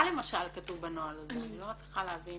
מה למשל כתוב בנוהל הזה, אני לא מצליחה להבין